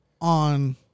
on